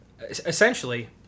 Essentially